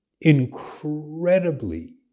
incredibly